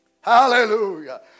Hallelujah